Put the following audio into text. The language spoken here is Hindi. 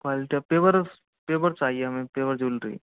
क्वालिटी पेवर पेवर चाइये हमें पेवर जूलरी